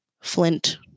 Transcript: flint